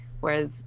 whereas